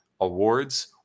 awards